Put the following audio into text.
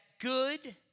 good